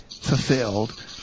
fulfilled